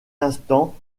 instant